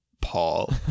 Paul